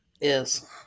Yes